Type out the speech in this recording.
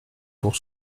pour